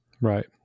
Right